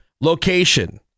Location